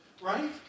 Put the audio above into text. right